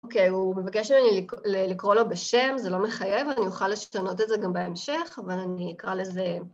אוקיי, הוא מבקש ממני לקרוא לו בשם, זה לא מחייב, אני אוכל לשנות את זה גם בהמשך, אבל אני אקרא לזה...